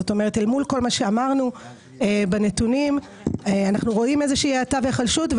זאת אומרת מול כל מה שאמרנו בנתונים אנחנו רואים האטה והיחלשות,